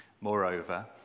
Moreover